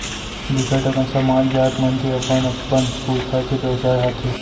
बिकट अकन समाज, जात मन के अपन अपन पुरखा के बेवसाय हाथे